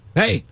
hey